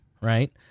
right